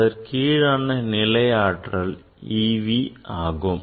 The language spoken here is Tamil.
அதற்கீடான நிலை ஆற்றல் e v ஆகும்